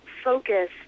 Focus